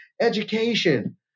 education